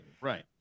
right